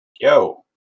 Yo